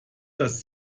das